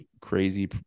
crazy